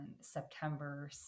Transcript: September